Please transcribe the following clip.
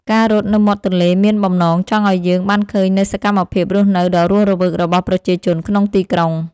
ការរត់នៅមាត់ទន្លេមានបំណងចង់ឱ្យយើងបានឃើញនូវសកម្មភាពរស់នៅដ៏រស់រវើករបស់ប្រជាជនក្នុងទីក្រុង។